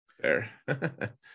fair